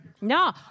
No